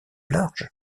large